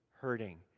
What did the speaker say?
hurting